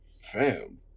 Fam